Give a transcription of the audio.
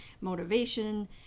motivation